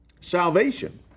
salvation